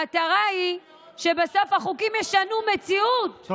המטרה היא שבסוף החוקים ישנו מציאות,